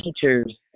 teachers